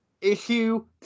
issue